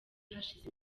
hashize